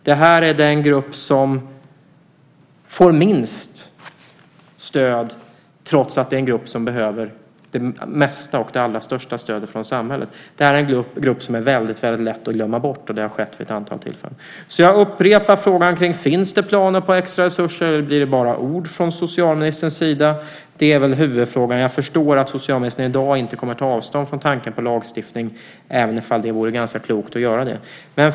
Det här är den grupp som får minst stöd, trots att det är den grupp som behöver det allra största stödet från samhället. Det är en grupp som är väldigt lätt att glömma bort, och det har skett vid ett antal tillfällen. Jag upprepar frågan: Finns det planer på extraresurser eller blir det bara ord från socialministerns sida? Det är väl huvudfrågan. Jag förstår att socialministern i dag inte kommer att ta avstånd från tanken på lagstiftning, även om det vore ganska klokt att göra det.